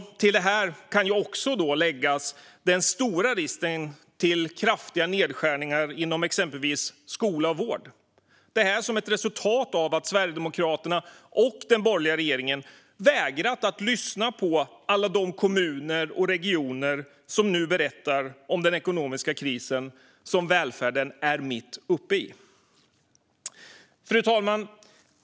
Till det här kan läggas den stora risken för kraftiga nedskärningar inom exempelvis skola och vård - detta som ett resultat av att Sverigedemokraterna och den borgerliga regeringen vägrat att lyssna på alla de kommuner och regioner som nu berättar om den ekonomiska kris som välfärden är mitt uppe i. Fru talman!